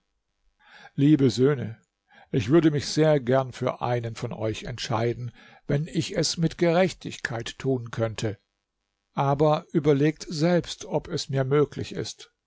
liebe söhne ich würde mich sehr gern für einen von euch entscheiden wenn ich es mit gerechtigkeit tun könnte aber überlegt selbst ob es mir möglich ist